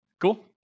Cool